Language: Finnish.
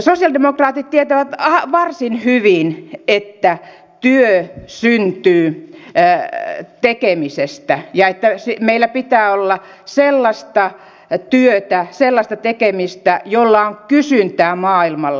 sosialidemokraatit tietävät varsin hyvin että työ syntyy tekemisestä ja että meillä pitää olla sellaista työtä ja tekemistä jolla on kysyntää maailmalla